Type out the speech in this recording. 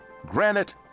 Granite